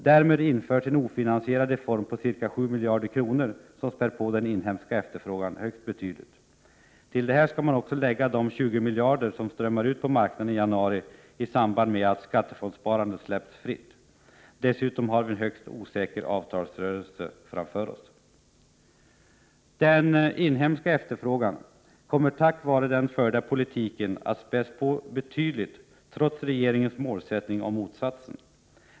Därmed införs en ofinansierad reform på ca 7 miljarder kronor som späder på den inhemska efterfrågan högst betydligt. Till detta skall också läggas de 20 miljarder som strömmar ut på marknaden i januari isamband med att skattefondssparandet släpps fritt. Dessutom har vi en högst osäker avtalsrörelse framför oss. Den inhemska efterfrågan kommer tack vare den förda politiken att spädas på betydligt trots regeringens målsättning om motsatsen.